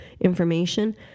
information